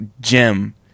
gem